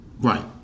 Right